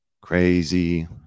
crazy